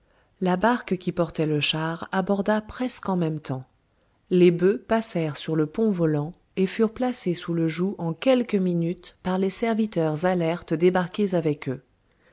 la barque qui portait le char aborda presque en même temps les bœufs passèrent sur le pont volant et furent placés sous le joug en quelques minutes par les serviteurs alertes débarqués avec eux